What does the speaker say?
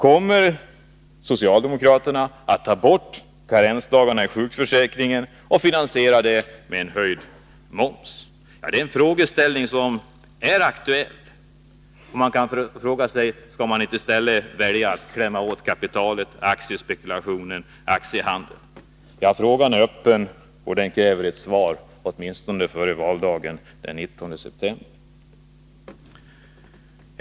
Kommer socialdemokraterna att ta bort karensdagarna ur sjukförsäkringen och finansiera det med höjd moms? Det är en frågeställning som är aktuell, och det kan ifrågasättas om man inte i stället skall välja att klämma åt kapitalet, aktiespekulationen och aktiehandeln. Frågan är öppen och den kräver ett svar — åtminstone före valdagen den 19 september.